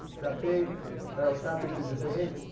that they that i was happy to just say, hey,